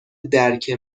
درک